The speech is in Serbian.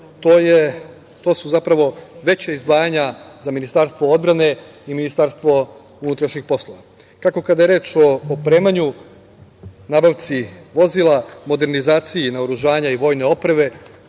su zapravo veća izdvajanja za Ministarstvo odbrane i Ministarstvo unutrašnjih poslova, kako kada je reč o opremanju, nabavci vozila, modernizaciji naoružanja i vojne opreme,